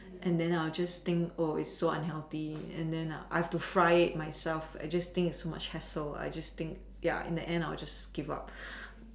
and then I just think oh it's so unhealthy and then I have to fry it myself I just think it's so much a hassle I just think ya in the end I just give up